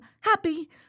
happy